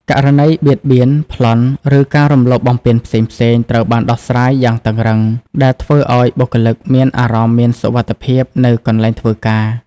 ករណីបៀតបៀន ប្លន់ ឬការរំលោភបំពានផ្សេងៗត្រូវបានដោះស្រាយយ៉ាងតឹងរ៉ឹង ដែលធ្វើឲ្យបុគ្គលិកមានអារម្មណ៍មានសុវត្ថិភាពនៅកន្លែងធ្វើការ។